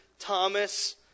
Thomas